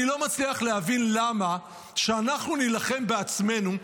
אני לא מצליח להבין למה שאנחנו נילחם בעצמנו,